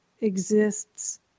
exists